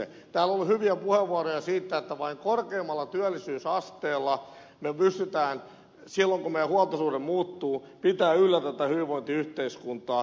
täällä on ollut hyviä puheenvuoroja siitä että vain korkeammalla työllisyysasteella me pystymme silloin kun meidän huoltosuhteemme muuttuu pitämään yllä tätä hyvinvointiyhteiskuntaa